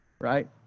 right